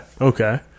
Okay